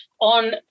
on